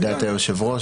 לעמדת היושב-ראש,